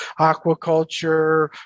aquaculture